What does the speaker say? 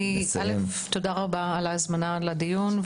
תודה רבה על ההזמנה לדיון,